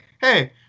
hey